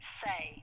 say